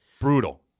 brutal